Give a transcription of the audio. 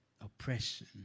oppression